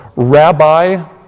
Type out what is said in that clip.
Rabbi